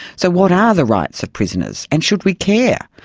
so what are the rights of prisoners? and should we care?